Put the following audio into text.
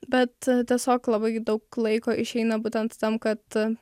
bet tiesiog labai daug laiko išeina būtent tam kad